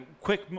quick